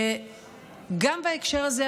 שגם בהקשר הזה,